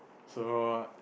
so what